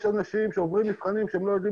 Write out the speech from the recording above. יש אנשים שעוברים מבחנים והם לא יודעים